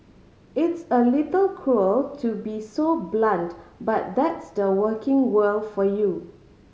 it's a little cruel to be so blunt but that's the working world for you